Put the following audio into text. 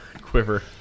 quiver